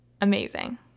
Amazing